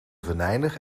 venijnig